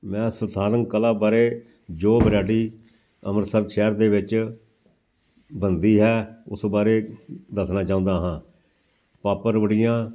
ਮੈਂ ਸੰਸਾਧਨ ਕਲਾ ਬਾਰੇ ਜੋ ਬਰੈਟੀ ਅੰਮ੍ਰਿਤਸਰ ਸ਼ਹਿਰ ਦੇ ਵਿੱਚ ਬਣਦੀ ਹੈ ਉਸ ਬਾਰੇ ਦੱਸਣਾ ਚਾਹੁੰਦਾ ਹਾਂ ਪਾਪੜ ਵੜੀਆਂ